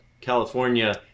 California